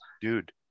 Dude